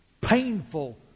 painful